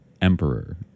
emperor